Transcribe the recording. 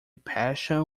passion